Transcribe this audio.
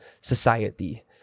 society